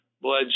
blood